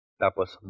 tapos